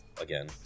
again